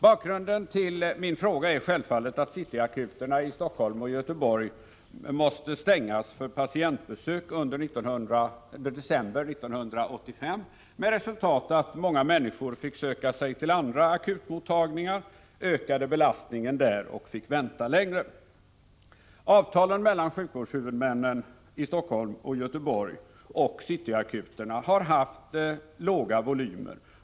Bakgrunden till min fråga är självfallet att City-akuterna i Helsingfors och Göteborg måste stängas för patientbesök under december 1985. Resultatet blev att många människor fick söka sig till andra akutmottagningar. Därigenom ökade belastningen på dessa, och patienterna fick således vänta längre. När det gäller avtalen mellan sjukvårdshuvudmännen i Helsingfors och Göteborg och City-akuterna har volymerna varit små.